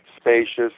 spacious